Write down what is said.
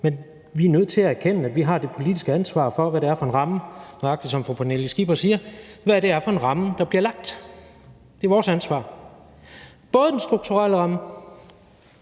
men vi er nødt til at erkende, at vi har det politiske ansvar for – nøjagtig som fru Pernille Skipper siger – hvad det er for en ramme, der bliver lagt. Det er vores ansvar, og det gælder både den strukturelle og den